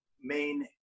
main